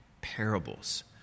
parables